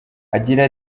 agira